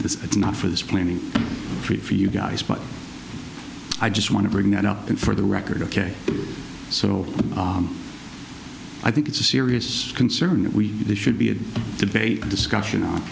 it's not for this planning treat for you guys but i just want to bring that up and for the record ok so i think it's a serious concern that we should be a debate discussion on